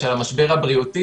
של המשבר הבריאותי,